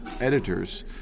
editors